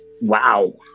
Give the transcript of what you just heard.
wow